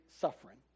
suffering